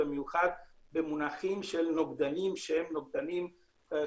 במיוחד במונחים של נוגדנים פונקציונליים,